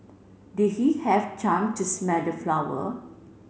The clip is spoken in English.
did he have time to smell the flower